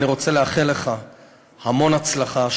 אני רוצה לאחל לך המון הצלחה,